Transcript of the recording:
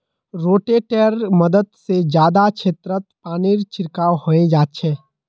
रोटेटरैर मदद से जादा क्षेत्रत पानीर छिड़काव हैंय जाच्छे